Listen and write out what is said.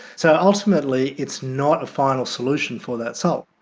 so ultimately it's not a final solution for that salt.